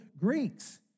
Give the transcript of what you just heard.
Greeks